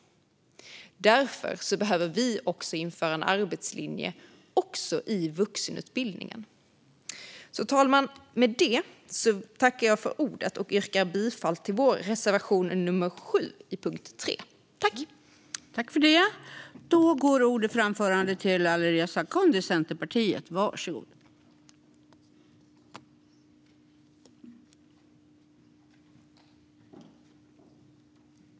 Därför behöver vi införa en arbetslinje också i vuxenutbildningen. Fru talman! Med detta tackar jag för ordet och yrkar bifall till reservation 7 under punkt 3.